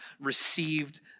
received